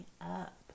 up